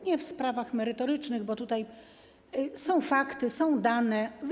Nie w sprawach merytorycznych, bo tutaj są fakty, są dane.